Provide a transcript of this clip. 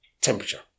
temperature